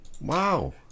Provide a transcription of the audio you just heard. Wow